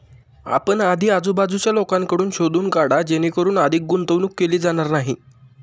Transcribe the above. आपण आधी आजूबाजूच्या लोकांकडून शोधून काढा जेणेकरून अधिक गुंतवणूक केली जाणार नाही